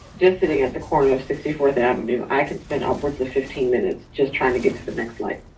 just sitting at the corner of sixty fourth avenue, i can spend upwards of fifteen minutes just trying to get to the next light.